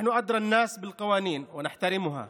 מה שקורה באדמות סעוודה ואלרוויס משעות הבוקר,